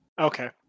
Okay